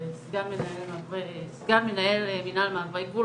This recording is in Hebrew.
גם מנהל מעברי גבול,